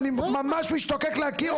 אני ממש משתוקק להכיר אותם.